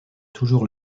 toujours